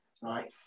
right